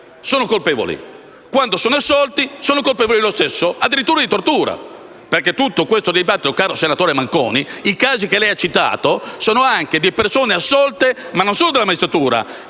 sono colpevoli; quando sono assolti, sono colpevoli lo stesso, addirittura di tortura perché in tutto questo dibattito, caro senatore Manconi, i casi che ha citato sono anche di persone assolte non solo dalla magistratura